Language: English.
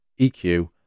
EQ